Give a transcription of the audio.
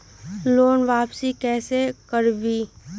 Loan वापसी कैसे करबी?